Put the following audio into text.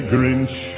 Grinch